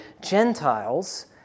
Gentiles